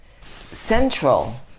Central